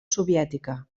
soviètica